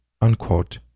unquote